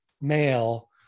male